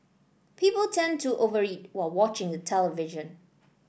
people tend to over eat while watching the television